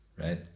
Right